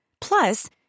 Plus